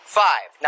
five